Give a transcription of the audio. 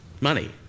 money